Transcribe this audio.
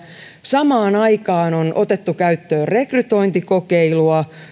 samaan aikaan on otettu käyttöön rekrytointikokeilua